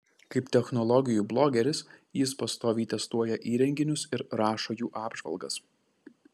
kaip technologijų blogeris jis pastoviai testuoja įrenginius ir rašo jų apžvalgas